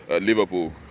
Liverpool